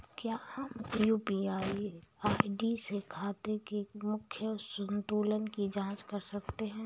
क्या हम UPI ID से खाते के मूख्य संतुलन की जाँच कर सकते हैं?